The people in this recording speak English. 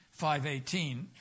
5.18